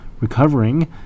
recovering